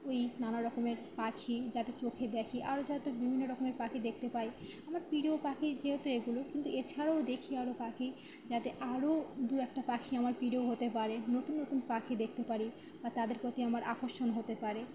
ওই নানা রকমের পাখি যাতে চোখে দেখি আরও যাতে বিভিন্ন রকমের পাখি দেখতে পাই আমার প্রিয় পাখি যেহেতু এগুলো কিন্তু এ ছাড়াও দেখি আরও পাখি যাতে আরও দু একটা পাখি আমার প্রিয় হতে পারে নতুন নতুন পাখি দেখতে পারি বা তাদের প্রতি আমার আকর্ষণ হতে পারে